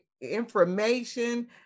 information